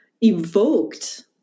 evoked